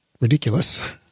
ridiculous